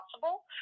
possible